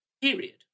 period